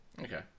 Okay